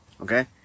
okay